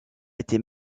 été